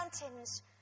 mountains